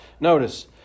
Notice